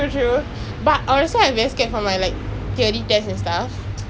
that's why like wanna go for night ride or whatever blast aircon in the car